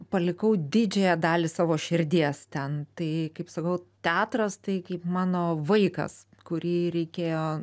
palikau didžiąją dalį savo širdies ten tai kaip sakau teatras tai kaip mano vaikas kurį reikėjo